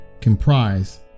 comprise